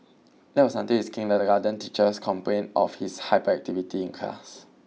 that was until his kindergarten teachers complained of his hyperactivity in class